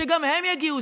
שגם הן יגיעו.